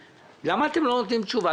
למה אתם לא נותנים תשובה?